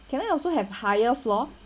can I also have higher floor